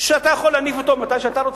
שאתה יכול להניף אותו מתי שאתה רוצה.